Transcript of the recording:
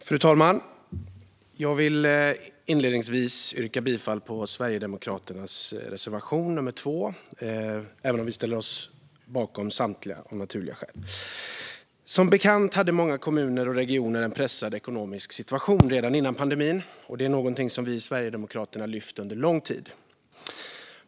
Fru talman! Jag vill inledningsvis yrka bifall till Sverigedemokraternas reservation nummer 2, även om vi av naturliga skäl ställer oss bakom samtliga. Som bekant hade många kommuner och regioner en pressad ekonomisk situation redan innan pandemin. Det är någonting som vi i Sverigedemokraterna har lyft under lång tid.